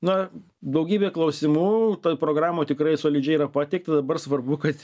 na daugybė klausimų toj programoj tikrai solidžiai yra pateikta dabar svarbu kad